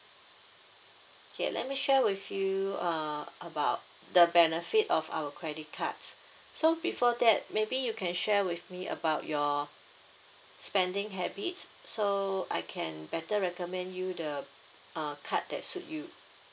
okay let me share with you uh about the benefit of our credit card so before that maybe you can share with me about your spending habits so I can better recommend you the uh card that suit you